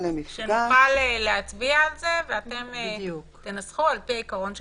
נוכל להצביע על זה ואתם תנסחו על פי העיקרון שקבענו.